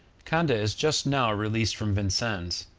conde is just now released from vincennes,